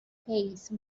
pace